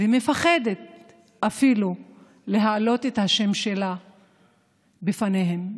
ומפחדת אפילו להעלות את השם שלה לפניהן,